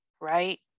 Right